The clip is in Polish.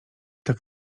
tak